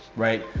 right,